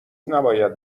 نباید